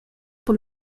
por